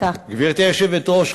גברתי היושבת-ראש,